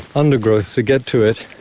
undergrowth to get to it.